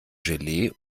gelee